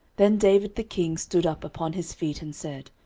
then david the king stood up upon his feet, and said,